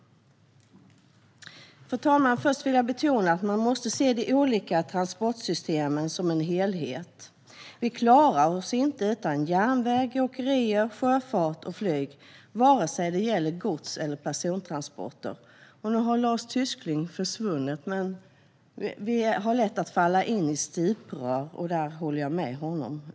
Först vill jag betona att man måste se de olika transportsystemen som en helhet. Vi klarar oss inte utan järnväg, åkerier, sjöfart eller flyg, vare sig det gäller gods eller persontransporter. Jag håller med Lars Tysklind om att det är lätt att falla in i stuprörstänkande.